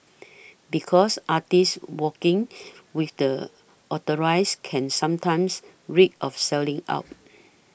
because artists working with the authorize can sometimes reek of selling out